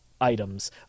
items